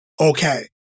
okay